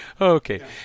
Okay